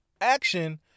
action